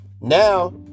Now